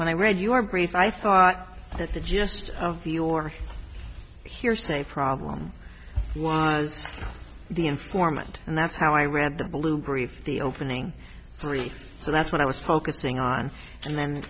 when i read your brief i thought that the gist of your hearsay problem was the informant and that's how i read the blue brief the opening three so that's what i was focusing on and then